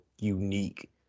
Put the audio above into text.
unique